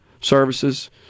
services